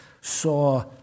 saw